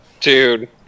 Dude